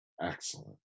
Excellent